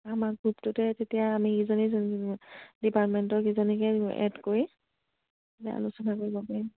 আমাৰ গ্ৰুপটোতে তেতিয়া আমি ইজনী ডিপাৰ্টমেণ্টৰ ইজনীকে এড কৰি আলোচনা কৰিব পাৰিম